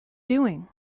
doing